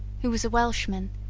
who was a welchman,